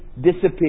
disappear